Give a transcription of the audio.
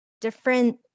different